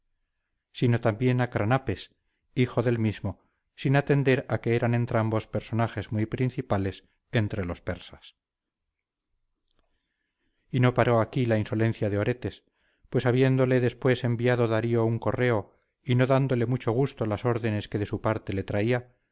sino también a cranapes hijo del mismo sin atender a que eran entrambos personajes muy principales entre los persas y no paró aquí la insolencia de oretes pues habiéndole después enviado darío un correo y no dándole mucho gusto las órdenes que de su parte le traía